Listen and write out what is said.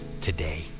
today